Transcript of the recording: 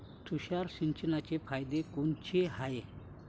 तुषार सिंचनाचे फायदे कोनचे हाये?